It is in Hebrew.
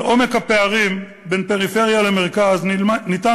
על עומק הפערים בין פריפריה למרכז אפשר